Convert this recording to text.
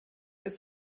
ist